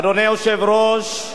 אדוני היושב-ראש,